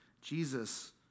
Jesus